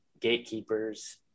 Gatekeeper's